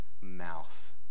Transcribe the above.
mouth